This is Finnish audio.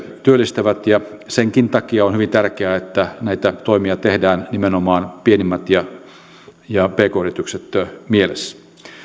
työllistävät ja senkin takia on hyvin tärkeää että näitä toimia tehdään nimenomaan pienimmät ja pk yritykset mielessä